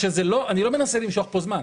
אני לא מנסה למשוך פה זמן.